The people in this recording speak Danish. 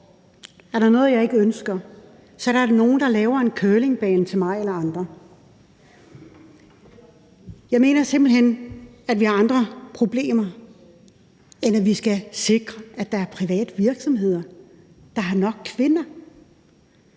er der noget, jeg ikke ønsker, så er det, at der er nogen, der laver en curlingbane til mig eller andre. Jeg mener simpelt hen, at vi har andre problemer end at sikre, at der er private virksomheder, der har nok kvinder.